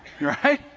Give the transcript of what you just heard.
right